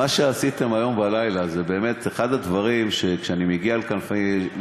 מה שעשיתם היום בלילה זה באמת אחד הדברים שכשאני מגיע לכנסת,